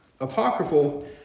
apocryphal